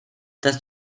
das